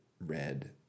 red